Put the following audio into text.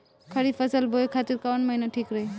खरिफ फसल बोए खातिर कवन महीना ठीक रही?